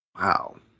wow